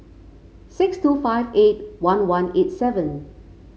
six two five eight one one eight seven